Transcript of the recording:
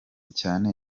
cyane